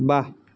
বাহ